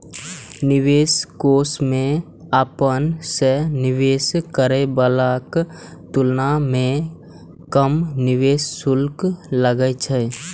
निवेश कोष मे अपना सं निवेश करै बलाक तुलना मे कम निवेश शुल्क लागै छै